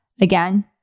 again